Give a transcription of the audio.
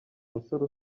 mugore